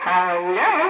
Hello